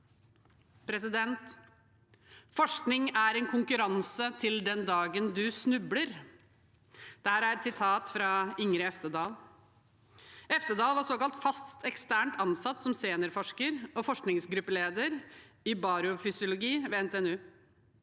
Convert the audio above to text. for skolen. «Forskning er konkurranse til du en dag snubler.» Det er et sitat fra Ingrid Eftedal. Eftedal var såkalt fast ekstern ansatt som seniorforsker og forskningsgruppeleder i barofysiologi ved NTNU.